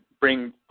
bring